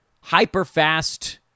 hyper-fast